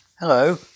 Hello